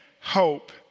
hope